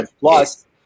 plus